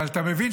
אבל אתה מבין,